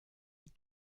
die